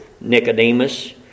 Nicodemus